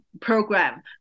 program